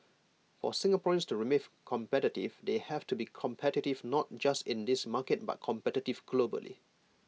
for Singaporeans to remain competitive they have to be competitive not just in this market but competitive globally